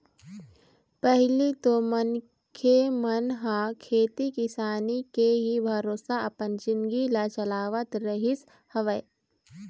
पहिली तो मनखे मन ह खेती किसानी के ही भरोसा अपन जिनगी ल चलावत रहिस हवय